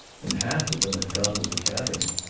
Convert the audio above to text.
and half of them had gone to the cabin.